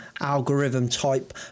algorithm-type